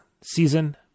season